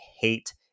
hate